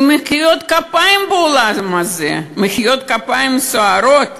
עם מחיאות כפיים באולם הזה, מחיאות כפיים סוערות.